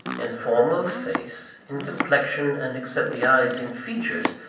in form of face, in complexion, and except the eyes in features,